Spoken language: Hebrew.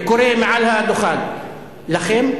וקורא מעל הדוכן לכם,